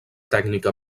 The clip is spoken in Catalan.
tècnica